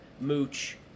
Mooch